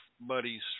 buddies